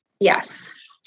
Yes